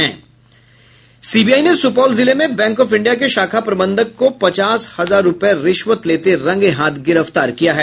CBI ने सुपौल जिले में बैंक ऑफ इंडिया के शाखा प्रबंधक को पचास हजार रूपये रिश्वत लेते रंगेहाथ गिरफ्तार किया है